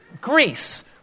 Greece